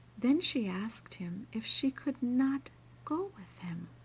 then she asked him if she could not go with him.